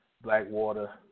Blackwater